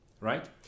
right